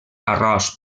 arròs